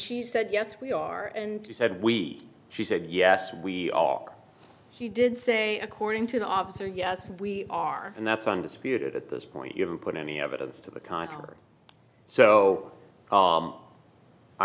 she said yes we are and she said we she said yes we are she did say according to the officer yes we are and that's undisputed at this point you haven't put any evidence to the contrary so